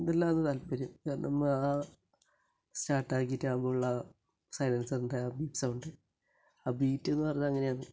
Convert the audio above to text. ഇതെല്ലാമാണ് താൽപ്പര്യം സ്റ്റാർട്ടാക്കിയിട്ട് ആകുമ്പോൾ ഉള്ള സൈലൻസറിൻ്റെ ആ ബിഗ് സൗണ്ട് ആ ബീറ്റെന്ന് പറഞ്ഞാൽ അങ്ങനെ ആണ്